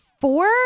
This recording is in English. four